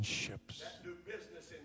ships